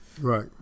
Right